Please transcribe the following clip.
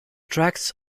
tracks